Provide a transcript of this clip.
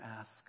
ask